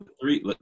three